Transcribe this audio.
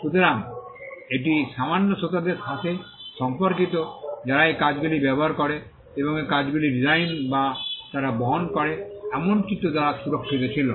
সুতরাং এটি এই সামান্য শ্রোতার সাথে সম্পর্কিত যারা এই কাজগুলি ব্যবহার করে এবং এই কাজগুলি ডিজাইন বা তারা বহন করে এমন চিত্র দ্বারা সুরক্ষিত ছিল